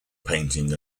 painting